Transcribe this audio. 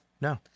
No